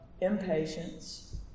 impatience